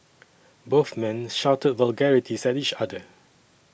both men shouted vulgarities at each other